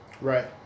Right